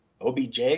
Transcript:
OBJ